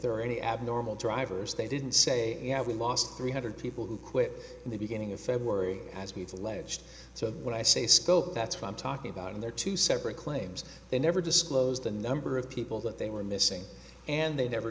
there were any abnormal drivers they didn't say yeah we lost three hundred people who quit in the beginning of february as we have alleged so when i say scope that's what i'm talking about and they're two separate claims they never disclosed the number of people that they were missing and they never